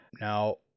Now